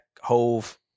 Hove